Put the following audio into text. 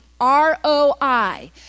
R-O-I